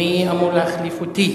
מי אמור להחליף אותי?